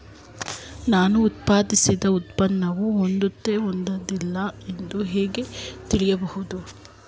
ನಾನು ಉತ್ಪಾದಿಸಿದ ಉತ್ಪನ್ನವು ಆದ್ರತೆ ಹೊಂದಿಲ್ಲ ಎಂದು ಹೇಗೆ ತಿಳಿಯಬಹುದು?